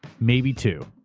maybe two.